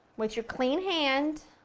with your clean hand,